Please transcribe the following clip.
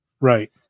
right